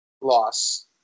loss